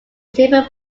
table